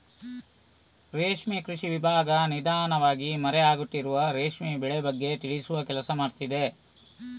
ರೇಷ್ಮೆ ಕೃಷಿ ವಿಭಾಗ ನಿಧಾನವಾಗಿ ಮರೆ ಆಗುತ್ತಿರುವ ರೇಷ್ಮೆ ಬೆಳೆ ಬಗ್ಗೆ ತಿಳಿಸುವ ಕೆಲ್ಸ ಮಾಡ್ತಿದೆ